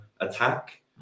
attack